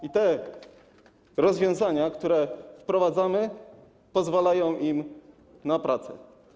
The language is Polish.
I te rozwiązania, które wprowadzamy, pozwalają im na pracę.